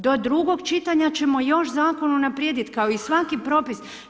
Do drugog čitanja ćemo još zakon unaprijediti kao i svaki propis.